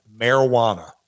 marijuana